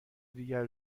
دیگر